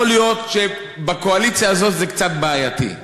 יכול להיות שבקואליציה הזאת זה קצת בעייתי,